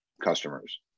customers